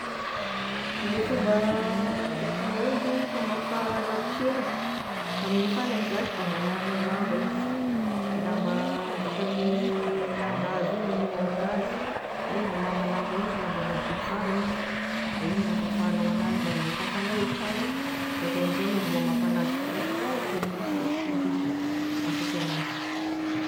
Gne fomba itako mahomby famafa laposiera amigne fanaka zashy da angalanao lamba izy, lamba vita ame landihazo io gn'aninao aminazy na io malamalama io fa lamba madio sara izy, de igny gn'afafagnao anazy, de la fa voafafanao e tragno de zay amin'izay enao vao mamafa anazy kiraikiraky, aninao sikidikidy izy da mahafaky enazy.